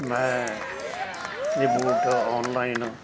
ਮੈਂ ਇਹ boot online